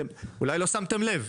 אתם אולי לא שמתם לב,